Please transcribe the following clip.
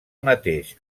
mateix